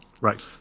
Right